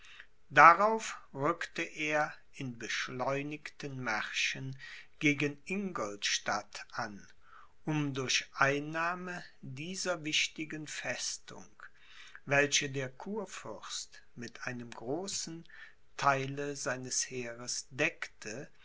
darauf rückte er in beschleunigten märschen gegen ingolstadt an um durch einnahme dieser wichtigen festung welche der kurfürst mit einem großen theile seines heeres deckte